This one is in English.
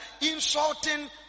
insulting